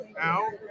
out